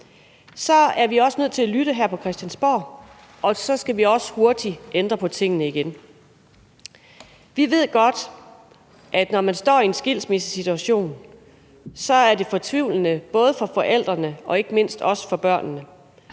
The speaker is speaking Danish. så er vi også nødt til at lytte her på Christiansborg, og så skal vi også hurtigt ændre på tingene igen. Vi ved godt, at når man står i en skilsmissesituation, er det fortvivlende både for forældrene og ikke mindst for børnene,